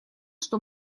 что